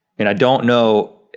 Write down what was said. and i don't know,